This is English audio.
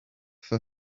for